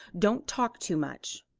don't talk too much.